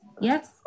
Yes